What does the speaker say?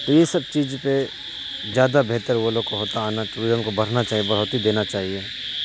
تو یہ سب چیز پہ زیادہ بہتر وہ لوگ کو ہوتا آنا ٹورزم کو بڑھنا چاہیے بڑھوتی دینا چاہیے